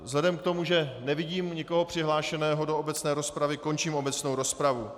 Vzhledem k tomu, že nevidím nikoho přihlášeného do obecné rozpravy, končím obecnou rozpravu.